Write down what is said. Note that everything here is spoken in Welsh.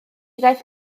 ddaeth